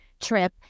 trip